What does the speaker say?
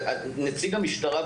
נציג המשטרה,